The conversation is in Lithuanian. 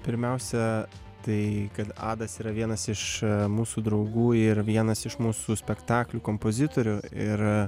pirmiausia tai kad adas yra vienas iš mūsų draugų ir vienas iš mūsų spektaklių kompozitorių ir